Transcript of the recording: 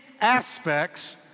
aspects